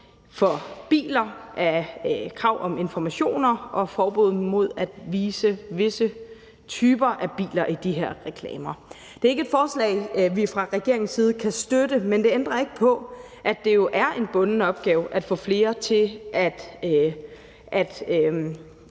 for biler er krav om informationer og forbud mod at vise visse typer biler i de her reklamer. Det er ikke et forslag, som vi fra regeringens side kan støtte, men det ændrer ikke ved, at det er en bunden opgave at få flere til at